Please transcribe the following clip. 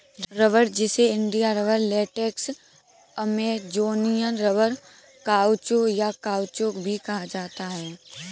रबड़, जिसे India rubber, latex, Amazonian rubber, caucho, या काउचौक भी कहा जाता है